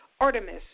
Artemis